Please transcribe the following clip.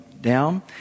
down